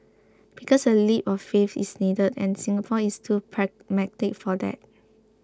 because a leap of faith is needed and Singapore is too pragmatic for that